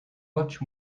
much